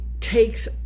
takes